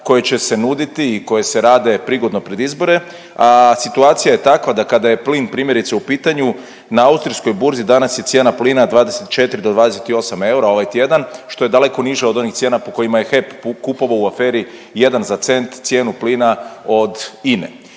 koje će se nuditi i koje se rade prigodno pred izbore, a situacija je takva da kada je plin primjerice u pitanju na austrijskoj burzi danas je cijena plina 24 do 28 eura ovaj tjedan, što je daleko niža od onih cijena po kojima je HEP kupovao u aferi „jedan za cent“ cijenu plina od INA-e.